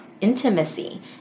intimacy